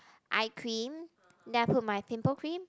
eye cream then I put my pimple cream